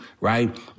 right